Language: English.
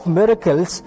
miracles